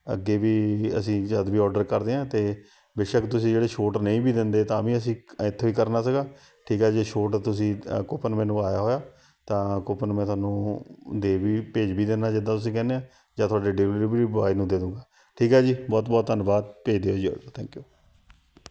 ਅੱਗੇ ਵੀ ਅਸੀਂ ਜਦ ਵੀ ਔਡਰ ਕਰਦੇ ਹਾਂ ਤਾਂ ਬੇਸ਼ੱਕ ਤੁਸੀਂ ਜਿਹੜੀ ਛੂਟ ਨਹੀਂ ਵੀ ਦਿੰਦੇ ਤਾਂ ਵੀ ਅਸੀਂ ਇੱਕ ਇੱਥੋਂ ਹੀ ਕਰਨਾ ਸੀਗਾ ਠੀਕ ਆ ਜੇ ਛੋਟ ਤੁਸੀਂ ਕੂਪਨ ਮੈਨੂੰ ਆਇਆ ਹੋਇਆ ਤਾਂ ਕੂਪਨ ਮੈਂ ਤੁਹਾਨੂੰ ਦੇ ਵੀ ਭੇਜ ਵੀ ਦਿੰਦਾ ਜਿੱਦਾਂ ਤੁਸੀਂ ਕਹਿੰਦੇ ਆ ਜਾਂ ਤੁਹਾਡੇ ਡਿਲੀਵਵਰੀ ਬੋਆਏ ਨੂੰ ਦੇ ਦੂੰਗਾ ਠੀਕ ਹੈ ਜੀ ਬਹੁਤ ਬਹੁਤ ਧੰਨਵਾਦ ਭੇਜ ਦਿਉ ਜੀ ਥੈਂਕ ਯੂ